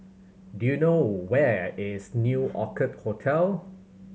do you know where is New Orchid Hotel